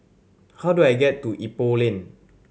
how do I get to Ipoh Lane